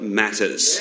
matters